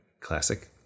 classic